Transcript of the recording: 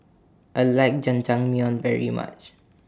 I like Jajangmyeon very much